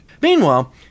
Meanwhile